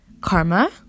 karma